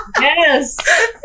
Yes